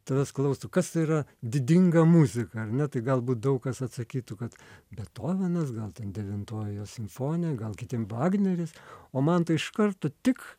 tavęs klaustų kas yra didinga muzika ar ne tai galbūt daug kas atsakytų kad bethovenas gal ten devintoji jo simfonija gal kitiem vagneris o man tai iš karto tik